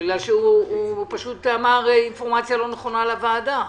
הוא נתן אינפורמציה לא נכונה לוועדה.